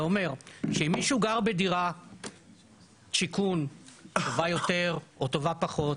זה אומר שאם מישהו גר בדירת שיכון טובה יותר או טובה פחות,